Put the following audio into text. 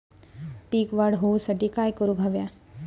पीक वाढ होऊसाठी काय करूक हव्या?